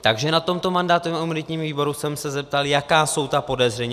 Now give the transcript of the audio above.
Takže na tomto mandátovém a imunitním výboru jsem se zeptal, jaká jsou ta podezření.